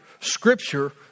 scripture